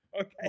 Okay